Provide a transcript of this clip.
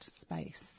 space